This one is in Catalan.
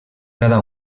cada